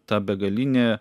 ta begalinė